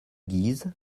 guise